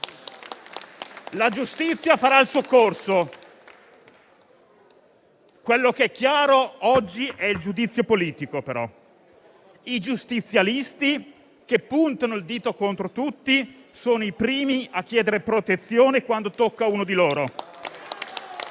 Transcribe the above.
La giustizia farà il suo corso. Ciò che è chiaro oggi è il giudizio politico, però; i giustizialisti che puntano il dito contro tutti sono i primi a chiedere protezione quando si tocca uno di loro.